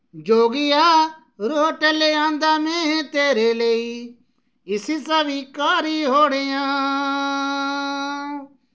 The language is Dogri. जोगिया रुट्ट लेआंदा मैं तेरे लेई इसी स्वीकारी ओड़ेआं